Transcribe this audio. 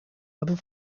other